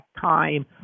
time